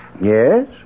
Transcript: Yes